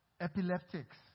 epileptics